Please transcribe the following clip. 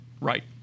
Right